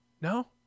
No